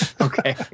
Okay